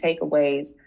takeaways